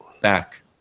back